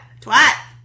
Twat